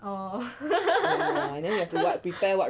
orh